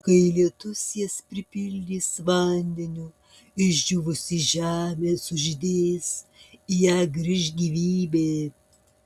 kai lietus jas pripildys vandeniu išdžiūvusi žemė sužydės į ją grįš gyvybė